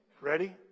ready